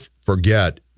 forget